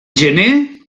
gener